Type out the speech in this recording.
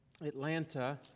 Atlanta